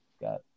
got